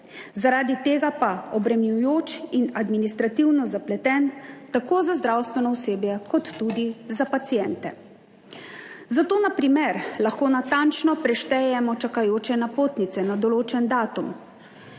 zaradi tega pa obremenjujoč in administrativno zapleten tako za zdravstveno osebje kot tudi za paciente. Zato na primer lahko natančno preštejemo čakajoče napotnice na določen datum,